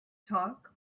talk